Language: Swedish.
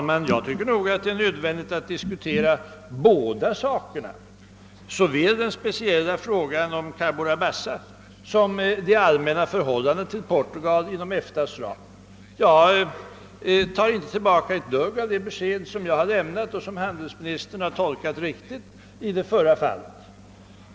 Herr talman! Jag anser det nödvändigt att diskutera båda dessa saker, såväl den speciella frågan om Cabora Bassa som det allmänna förhållandet till Portugal inom EFTA:s ram. Jag tar inte tillbaka ett dugg av det besked som jag har lämnat och som handelsministern har tolkat riktigt i det förra fallet.